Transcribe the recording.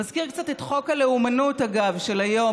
מזכיר קצת את חוק הלאומנות, אגב, של היום.